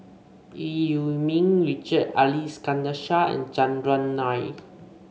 Eu Yee Ming Richard Ali Iskandar Shah and Chandran Nair